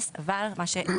בגלל שיש,